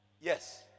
Yes